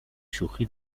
شوخی